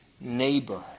neighbor